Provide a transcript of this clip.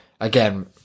again